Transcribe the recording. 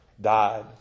died